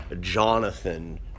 Jonathan